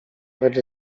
lecz